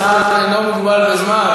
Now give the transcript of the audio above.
שר אינו מוגבל בזמן,